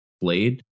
played